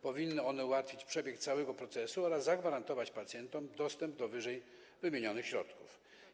Powinny one ułatwić przebieg całego procesu oraz zagwarantować pacjentom dostęp do wyżej wymienionych środków.